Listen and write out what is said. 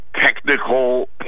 technical